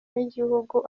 n’igihugu